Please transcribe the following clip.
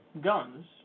guns